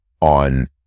on